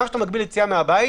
גם כשאתה מגביל יציאה מהבית,